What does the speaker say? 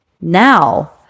Now